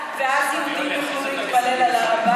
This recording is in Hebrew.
ואז יהודים יוכלו להתפלל על הר הבית?